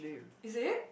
is it